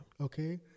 okay